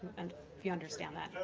and if you understand that.